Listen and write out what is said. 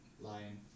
Lion